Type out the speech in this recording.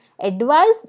advised